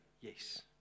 Yes